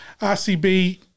RCB